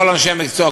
כל אנשי המקצוע,